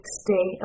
stay